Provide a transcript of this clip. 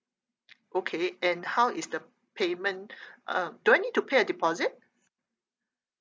okay and how is the payment uh do I need to pay a deposit